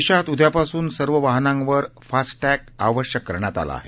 देशात उद्यापासून सर्व वाहनांवर फास्टॅग आवश्यक करण्यात आला आहे